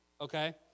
Okay